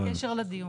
מה הקשר לדיון?